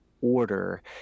order